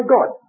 God